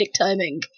timing